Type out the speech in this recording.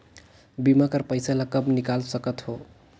बीमा कर पइसा ला कब निकाल सकत हो?